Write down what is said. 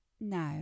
No